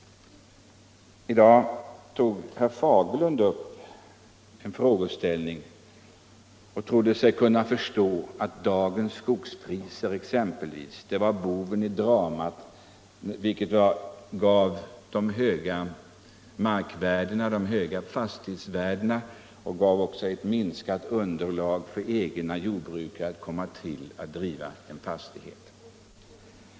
: I dag tog herr Fagerlund upp en frågeställning och trodde sig kunna förstå att dagens skogspriser var boven i dramat, som gav de höga markoch fastighetsvärdena och gav ett minskat underlag för egna jordbrukare att driva en fastighet.